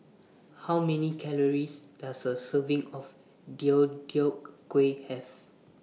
How Many Calories Does A Serving of Deodeok Gui Have